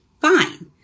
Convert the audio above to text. fine